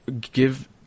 give